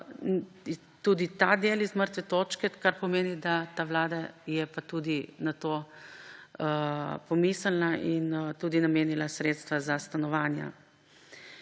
tudi ta del z mrtve točke, kar pomeni, da ta vlada pa je tudi na to pomislila in namenila sredstva za stanovanja.